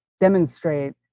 demonstrate